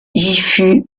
gifu